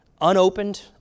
unopened